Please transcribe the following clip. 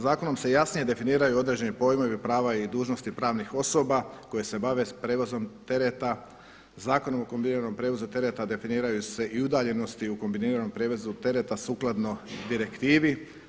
Zakonom se jasnije definiraju određeni pojmovi u prava i dužnosti pravnih osoba koje se bave s prijevozom tereta, Zakonom o kombiniranom prijevozu tereta definiraju se i udaljenosti u kombiniranom prijevozu tereta sukladno direktivi.